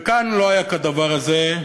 וכאן, לא היה כדבר הזה.